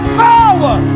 power